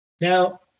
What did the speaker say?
Now